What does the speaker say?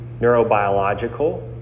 neurobiological